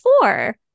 four